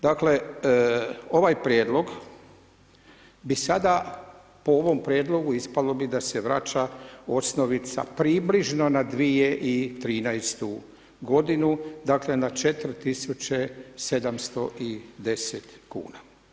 Dakle, ovaj prijedlog bi sada, po ovom prijedlogu ispalo bi da se vraća osnovica približno na 2013. godinu dakle na 4.710 kuna.